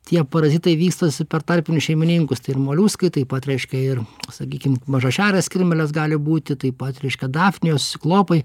tie parazitai vystosi per tarpinius šeimininkus tai ir moliuskai taip pat reiškia ir sakykim mažašerės kirmėlės gali būti taip pat reiškia dafnijos ciklopai